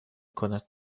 کند